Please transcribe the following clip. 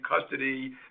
custody